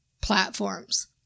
platforms